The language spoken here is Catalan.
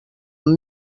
amb